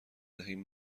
دهیم